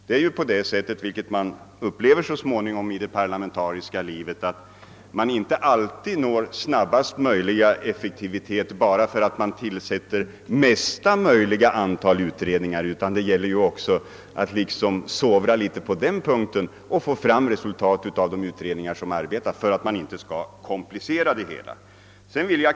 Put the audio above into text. Det förhåller sig ju så — vilket man upplever så småningom i det parlamentariska livet — att man inte alltid når snabbast möjliga effekt bara för att man tillsätter största möjliga antal utredningar; det gäller att sovra även på det området och få fram resultat av de utredningar som arbetar om man inte skall komplicera det hela.